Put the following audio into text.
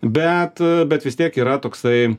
bet bet vis tiek yra toksai